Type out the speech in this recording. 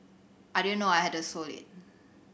I didn't know I had the sole lead